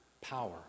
power